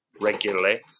regularly